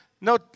no